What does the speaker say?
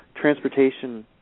transportation